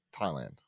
thailand